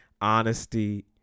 honesty